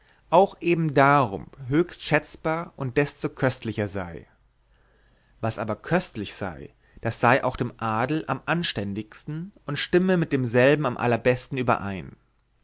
auch eben darumb höchst schätzbar und desto köstlicher sei was aber köstlich sei das sei auch dem adel am anständigsten und stimme mit demselben am allerbesten überein